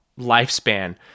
lifespan